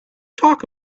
talk